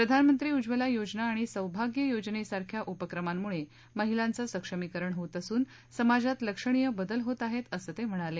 प्रधानमंत्री उज्ज्वला योजना आणि सौभाग्य योजनेसारख्या उपक्रमांमुळे महिलांचं सक्षमीकरण होत असून समाजात लक्षणीय बदल होत आहे असं ते म्हणाले